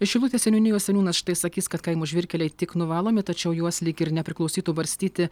šilutės seniūnijos seniūnas štai sakys kad kaimo žvyrkeliai tik nuvalomi tačiau juos lyg ir nepriklausytų barstyti